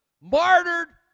martyred